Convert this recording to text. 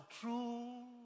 true